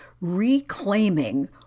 reclaiming